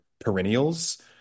perennials